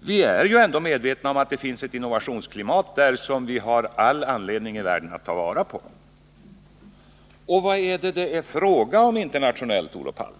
Vi är ändå medvetna om att det finns ett innovationsklimat där, som vi har all anledning i världen att ta vara på. Och vad är det fråga om internationellt, Olof Palme?